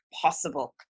possible